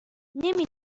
نمی